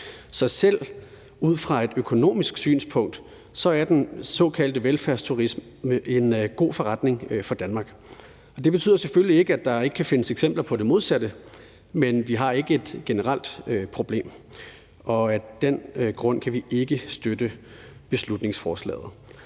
Så selv ud fra et økonomisk synspunkt er den såkaldte velfærdsturisme en god forretning for Danmark. Det betyder selvfølgelig ikke, at der ikke kan findes eksempler på det modsatte, men vi har ikke et generelt problem. Af den grund kan vi ikke støtte beslutningsforslaget.